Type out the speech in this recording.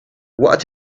what